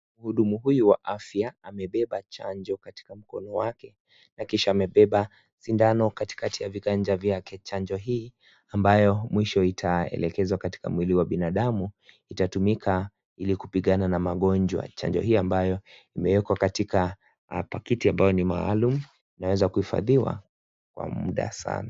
Muhudumu huyu wa afya amebeba chanjo katika mkono wake na kisha amebeba sindano katika ya viganja vyake chanjo hii ambayo mwisho itaelekezwa katika mwili wa binadamu itatumika ili kupigana na magonjwa chanjo hii ambayo imeekwa katika paketi ambayo ni maalum inaweza kuhifadhiwa muda sana.